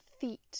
feet